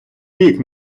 рік